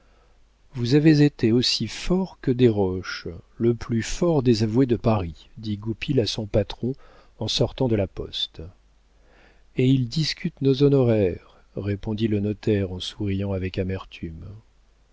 vous avez été aussi fort que desroches le plus fort des avoués de paris dit goupil à son patron en sortant de la poste et ils discutent nos honoraires répondit le notaire en souriant avec amertume